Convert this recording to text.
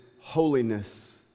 holiness